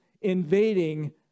invading